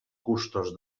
gustos